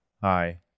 hi